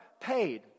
paid